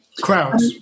crowds